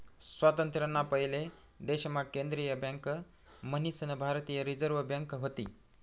स्वातंत्र्य ना पयले देश मा केंद्रीय बँक मन्हीसन भारतीय रिझर्व बँक व्हती